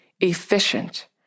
efficient